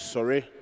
Sorry